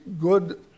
good